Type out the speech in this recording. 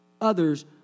Others